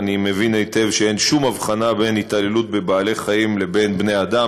ואני מבין היטב שאין שום הבחנה בהתעללות בין בעלי-חיים לבין בני-אדם,